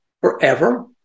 forever